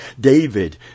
david